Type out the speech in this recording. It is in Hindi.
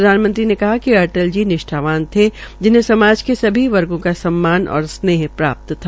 प्रधानमंत्री ने कहा कि अटल जी निष्ठावान थे जिन्हे समाज के सभी वर्गो का सम्मान और स्नेह प्राप्त था